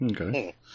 Okay